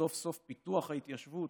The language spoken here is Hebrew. סוף-סוף פיתוח ההתיישבות